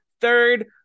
third